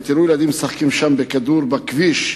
תראו ילדים משחקים שם בכדור בכביש,